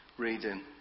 reading